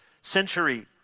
century